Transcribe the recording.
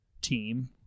team